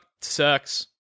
Sucks